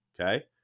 Okay